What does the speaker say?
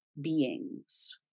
beings